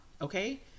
okay